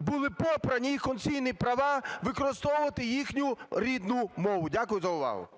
були попрані їх конституційні права використовувати їхню рідну мову. Дякую за увагу.